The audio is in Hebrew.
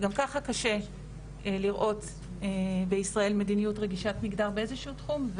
גם ככה קשה לראות בישראל מדיניות רגישת מגדר באיזשהו תחום,